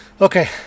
Okay